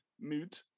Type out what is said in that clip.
mood